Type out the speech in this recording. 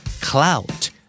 clout